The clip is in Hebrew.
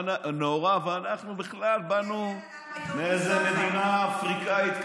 ואנחנו בכלל באנו מאיזו מדינה אפריקנית,